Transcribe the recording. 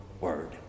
word